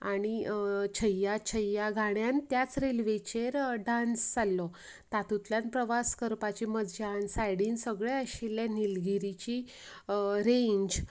आनी छय्या छय्या गाण्यान त्याच रेल्वेचेर डांस जाल्लो तातूंतल्यान प्रवास करपाची मज्जा सयडीन सगळें आशिल्ले निलगिरीची रेंज